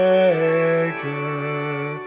Maker